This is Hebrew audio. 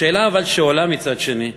השאלה שעולה מצד שני,